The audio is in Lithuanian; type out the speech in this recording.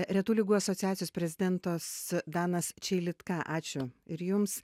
retų ligų asociacijos prezidentas danas čeilitka ačiū ir jums